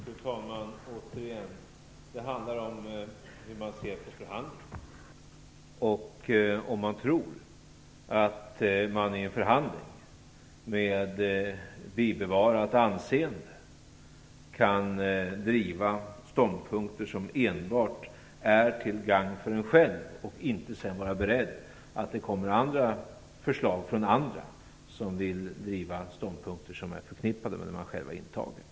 Fru talman! Återigen: Det handlar om hur man ser på förhandlingar och om huruvida man tror att man i en förhandling med bibehållet anseende kan driva ståndpunkter som enbart är till gagn för en själv och inte sedan vara beredd på att det kommer förslag från andra som vill driva ståndpunkter som är förknippade med den man själv har intagit.